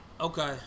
Okay